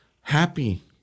happy